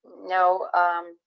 no